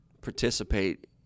participate